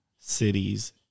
Cities